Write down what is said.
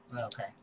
Okay